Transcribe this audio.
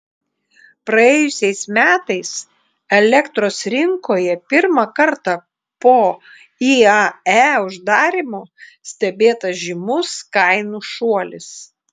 praėjusiais metais elektros rinkoje pirmą kartą po iae uždarymo stebėtas žymus kainų šuolis